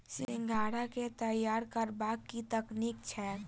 सिंघाड़ा केँ तैयार करबाक की तकनीक छैक?